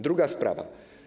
Druga sprawa.